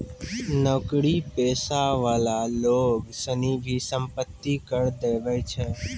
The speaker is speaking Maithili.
नौकरी पेशा वाला लोग सनी भी सम्पत्ति कर देवै छै